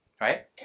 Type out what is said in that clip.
right